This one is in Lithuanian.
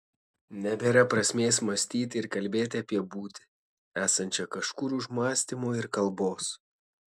nebėra prasmės mąstyti ir kalbėti apie būtį esančią kažkur už mąstymo ir kalbos